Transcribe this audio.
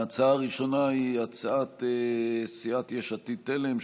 ההצעה הראשונה היא הצעת סיעת יש עתיד-תל"ם,